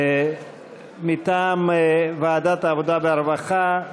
מטעם ועדת העבודה והרווחה.